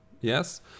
yes